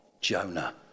Jonah